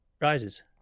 Rises